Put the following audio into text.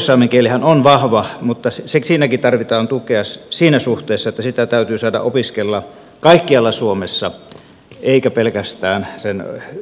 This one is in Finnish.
pohjoissaamen kielihän on vahva mutta siinäkin tarvitaan tukea siinä suhteessa että sitä täytyy saada opiskella kaikkialla suomessa eikä